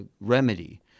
remedy